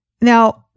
Now